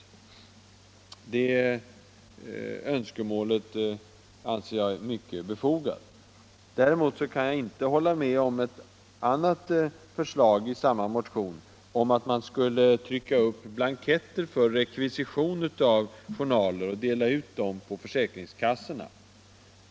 Det önskemålet anser jag mycket befogat. Däremot kan jag inte ansluta mig till ett annat förslag i samma motion om att man skall trycka upp blanketter för rekvisition av journaler och dela ut dem på försäkringskassorna.